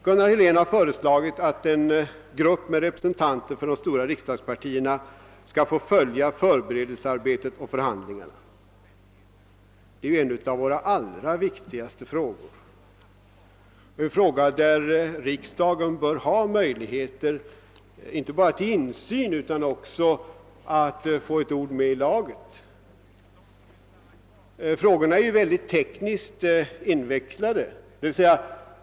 Gunnar Helén har föreslagit att en grupp med representanter för de stora riksdagspartierna skall få följa förberedelsearbetet och förhandlingarna. EEC frågan är en av våra allra viktigaste frågor, en fråga där riksdagen bör ha möjligheter inte bara till insyn utan också till att få ett ord med i laget. Frågorna är tekniskt mycket invecklade.